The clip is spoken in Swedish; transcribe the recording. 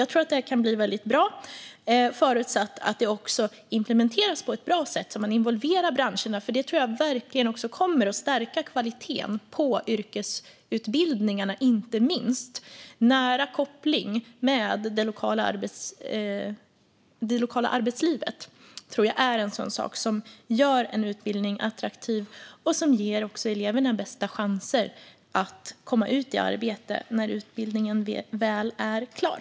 Jag tror att detta kan bli väldigt bra, förutsatt att det också implementeras på ett bra sätt så att man involverar branscherna. Det tror jag också verkligen kommer att stärka kvaliteten på yrkesutbildningarna, inte minst. En nära koppling till det lokala arbetslivet tror jag gör en utbildning attraktiv och även ger eleverna de bästa chanserna att komma ut i arbete när utbildningen väl är klar.